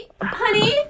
honey